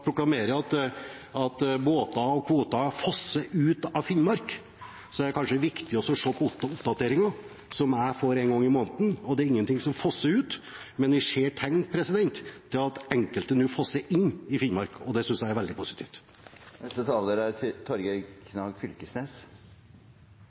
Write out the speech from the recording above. nå proklamerer at båter og kvoter fosser ut av Finnmark, er det kanskje viktig å se på oppdateringen som jeg får en gang i måneden. Det er ingenting som fosser ut, men vi ser tegn til at enkelte nå fosser inn i Finnmark, og det synes jeg er veldig positivt.